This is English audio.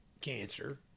cancer